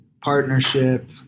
partnership